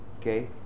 Okay